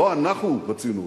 לא אנחנו רצינו אותו,